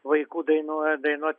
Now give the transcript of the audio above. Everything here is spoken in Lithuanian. vaikų dainuo dainuoti